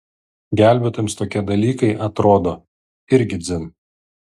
gelbėtojams tokie dalykai atrodo irgi dzin